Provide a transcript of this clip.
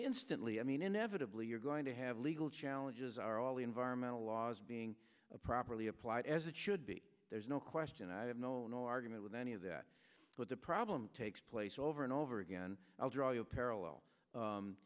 instantly i mean inevitably you're going to have legal challenges are all environmental laws being properly applied as it should be there's no question i have no argument with any of that but the problem takes place over and over again i'll draw a parallel